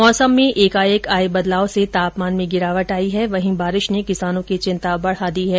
मौसम में एकाएक आए बदलाव से तापमान में गिरावेट औई है वहीं बारिश ने किसानों की चिंता बढ़ा दी है